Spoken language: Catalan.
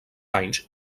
anys